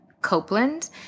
Copeland